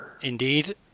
indeed